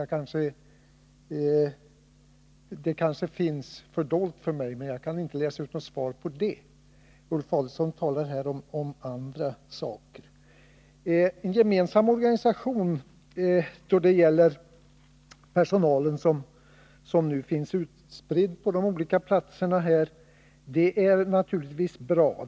Ulf Adelsohn talar i svaret om andra saker. En gemensam organisation för personalen, som nu finns utspridd på de olika platser som nämnts, är naturligtvis bra.